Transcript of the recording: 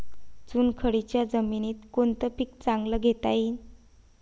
चुनखडीच्या जमीनीत कोनतं पीक चांगलं घेता येईन?